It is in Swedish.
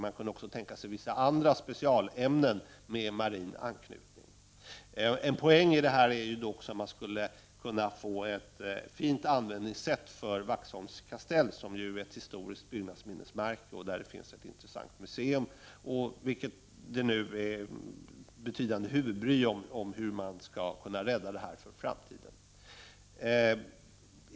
Man kunde också tänka sig vissa andra specialämnen med marin anknytning. En poäng i detta är ju att man skulle kunna få ett fint användningssätt för Vaxholms kastell, som ju är ett historiskt byggnadsminnesmärke med ett intressant museum. Man bryr nu sina huvuden med frågan hur man skall kunna rädda det för framtiden.